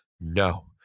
no